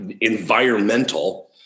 environmental